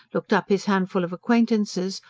looked up his handful of acquaintances,